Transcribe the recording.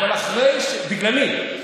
בגללי.